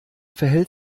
verhält